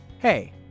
Hey